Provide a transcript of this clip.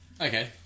Okay